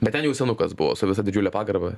bet ten jau senukas buvo su visa didžiule pagarba